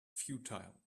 futile